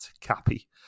Cappy